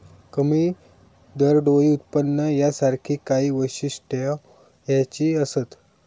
कमी दरडोई उत्पन्न यासारखी काही वैशिष्ट्यो ह्याची असत